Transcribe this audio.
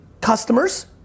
customers